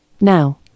now